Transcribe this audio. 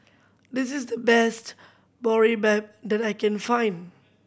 this is the best Boribap that I can find